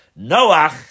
Noach